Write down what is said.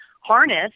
harness